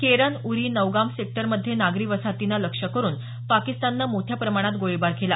केरन उरी नौगाम सेक्टरमध्ये नागरी वसाहतींना लक्ष्य करून पाकिस्ताननं मोठ्या प्रमाणात गोळीबार केला